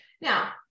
Now